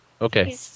Okay